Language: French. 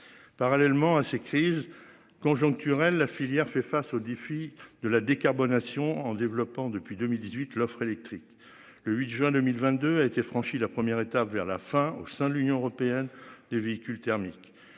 Parallèlement à ces crises conjoncturelles, la filière fait face aux défis de la décarbonation en développant depuis 2018 l'offre électrique le 8 juin 2022 a été franchi la première étape vers la fin au sein de l'Union européenne des véhicules thermiques.